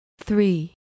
three